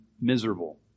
miserable